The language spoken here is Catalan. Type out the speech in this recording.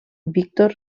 víctor